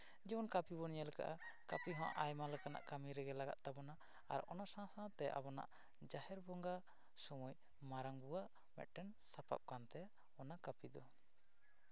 ᱡᱮᱢᱚᱱ ᱠᱟᱹᱯᱤ ᱵᱚᱱ ᱧᱮᱞ ᱟᱠᱟᱫᱼᱟ ᱠᱟᱹᱯᱤ ᱦᱚᱸ ᱟᱭᱢᱟ ᱞᱮᱠᱟᱱᱟᱜ ᱠᱟᱹᱢᱤ ᱨᱮᱜᱮ ᱞᱟᱜᱟᱜ ᱛᱟᱵᱚᱱᱟ ᱟᱨ ᱚᱱᱟ ᱥᱟᱶ ᱥᱟᱶᱛᱮ ᱟᱵᱚᱱᱟᱜ ᱡᱟᱦᱮᱨ ᱵᱚᱸᱜᱟ ᱥᱚᱢᱚᱭ ᱢᱟᱨᱟᱝ ᱵᱩᱨᱩ ᱟᱜ ᱢᱤᱫᱴᱮᱱ ᱥᱟᱯᱟᱯ ᱠᱟᱱ ᱛᱟᱭᱟ ᱚᱱᱟ ᱠᱟᱹᱯᱤ ᱫᱚ